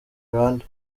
rwanda